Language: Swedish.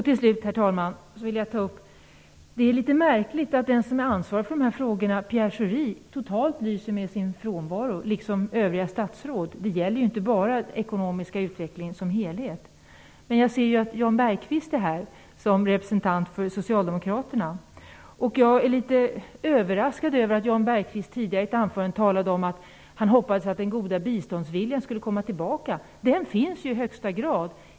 Till slut, herr talman, vill jag ta upp att jag tycker att det är litet märkligt att den som är ansvarig för de här frågorna, Pierre Schori, liksom övriga statsråd totalt lyser med sin frånvaro. Det här gäller ju inte bara den ekonomiska utvecklingen som helhet. Men jag ser att Jan Bergqvist är här som representant för Jag är litet överraskad över att Jan Bergqvist tidigare i ett anförande talade om att han hoppades att den goda biståndsviljan skulle komma tillbaka. Den finns ju i allra högsta grad!